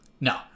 No